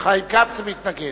חיים כץ מתנגד.